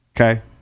okay